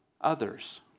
others